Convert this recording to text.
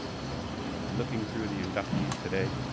so looking through the inductees today